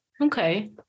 Okay